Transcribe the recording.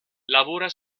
lavora